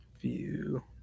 view